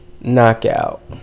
Knockout